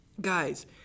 guys